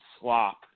slop